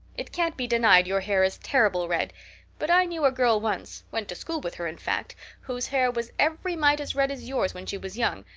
it can't be denied your hair is terrible red but i knew a girl once went to school with her, in fact whose hair was every mite as red as yours when she was young,